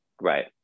Right